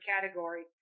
category